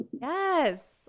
Yes